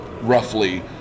roughly